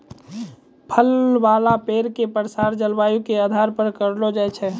फल वाला पेड़ के प्रसार जलवायु के आधार पर करलो जाय छै